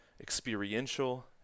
experiential